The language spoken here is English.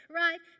right